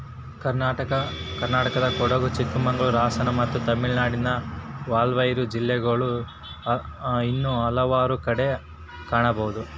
ಕರ್ನಾಟಕದಕೊಡಗು, ಚಿಕ್ಕಮಗಳೂರು, ಹಾಸನ ಮತ್ತು ತಮಿಳುನಾಡಿನ ವಾಲ್ಪಾರೈ ಜಿಲ್ಲೆಗಳು ಇನ್ನೂ ಹಲವಾರು ಕಡೆ ಕಾಣಬಹುದು